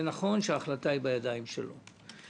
זה נכון שההחלטה היא בידיים שלו.